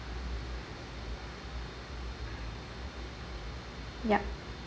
yup